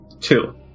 Two